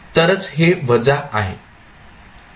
तरच हे वजा आहे